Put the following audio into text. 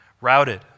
routed